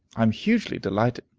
i am hugely delighted.